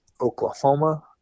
Oklahoma